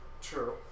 True